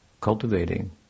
cultivating